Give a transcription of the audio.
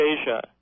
Asia